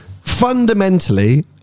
fundamentally